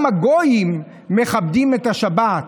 גם הגויים מכבדים את השבת.